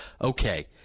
okay